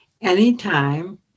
anytime